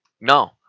No